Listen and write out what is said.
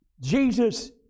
Jesus